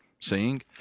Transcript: seeing